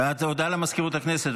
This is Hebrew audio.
הודעה למזכירות הכנסת.